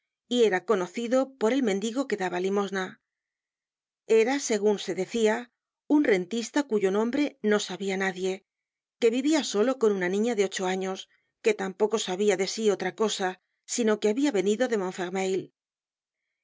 y era conocido por el mendigo que daba limosna era segun se decia un rentista cuyo nombre no sabia nadie que vivia solo con una niña de ocho años que tampoco sabia de sí otra cosa sino que habia venido de